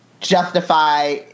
justify